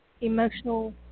emotional